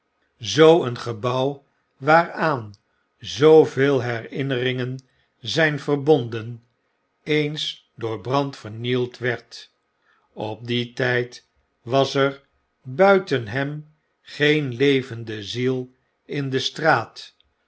zoo een gebouw waaraan zooveel herinneringen zijn verbonden eens door brand vernield werd i op dien tijd was er buiten hem geen levende ziel in de straat